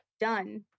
done